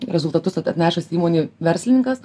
rezultatus atnešęs įmonei verslininkas